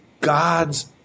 God's